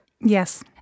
Yes